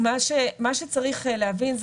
מה שצריך להבין זה